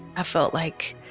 i felt like,